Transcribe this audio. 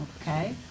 Okay